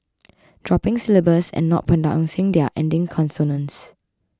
dropping syllables and not pronouncing their ending consonants